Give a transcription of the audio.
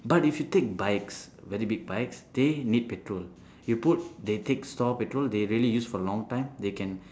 but if you take bikes very big bikes they need petrol you put they take store petrol they really use for long time they can